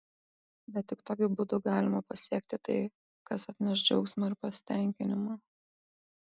bet tik tokiu būdu galima pasiekti tai kas atneš džiaugsmą ir pasitenkinimą